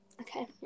Okay